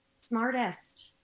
Smartest